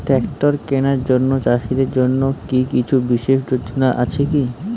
Tractor কেনার জন্য চাষীদের জন্য কী কিছু বিশেষ যোজনা আছে কি?